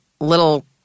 little